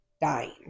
dying